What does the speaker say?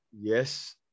Yes